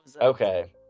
Okay